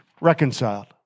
reconciled